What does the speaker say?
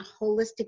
holistic